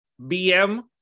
BM